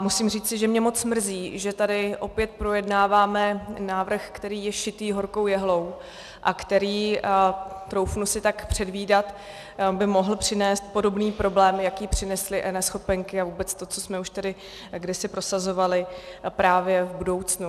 Musím říci, že mě moc mrzí, že tady opět projednáváme návrh, který je šitý horkou jehlou a který, troufnu si tak předvídat, by mohl přinést podobný problém, jaký přinesly eNeschopenky a vůbec to, co jsme už tady kdysi prosazovali, právě v budoucnu.